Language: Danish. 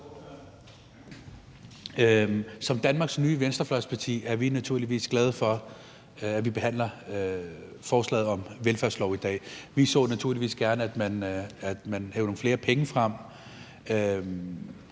Som Danmarks nye venstrefløjsparti er vi naturligvis glade for, at vi behandler forslaget om velfærdslov i dag. Vi så naturligvis gerne, at man hev nogle flere penge frem,